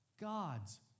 God's